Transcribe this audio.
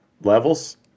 levels